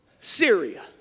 Syria